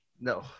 No